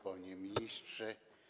Panie Ministrze!